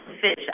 fish